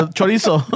Chorizo